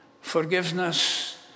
forgiveness